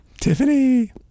Tiffany